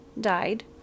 died